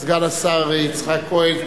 סגן השר יצחק כהן.